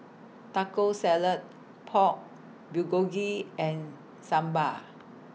Taco Salad Pork Bulgogi and Sambar